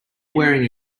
wearing